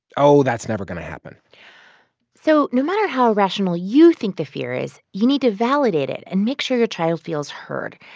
oh, that's never going to happen so no matter how irrational you think the fear is, you need to validate it and make sure your child feels heard.